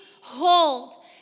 hold